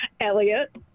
Elliot